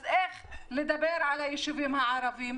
אז איך לדבר על היישובים הערביים?